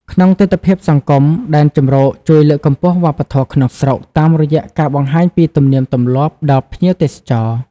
ក្នុងទិដ្ឋភាពសង្គម ដែនជម្រកជួយ លើកកម្ពស់វប្បធម៌ ក្នុងស្រុក តាមរយៈការបង្ហាញពីទំនៀមទម្លាប់ដល់ភ្ញៀវទេសចរ។